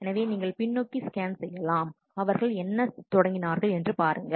எனவே நீங்கள் பின்னோக்கி ஸ்கேன் செய்யலாம் அவர்கள் என்ன தொடங்கினார்கள் என்று பாருங்கள்